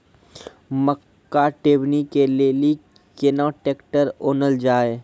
मक्का टेबनी के लेली केना ट्रैक्टर ओनल जाय?